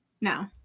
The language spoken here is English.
No